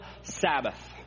Sabbath